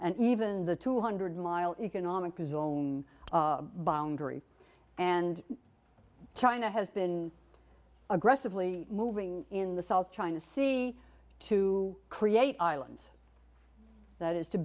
and even the two hundred mile economic zone boundary and china has been aggressively moving in the south china sea to create islands that is to